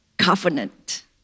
covenant